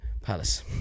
Palace